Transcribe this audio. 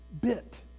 bit